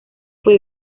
fue